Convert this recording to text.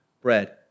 bread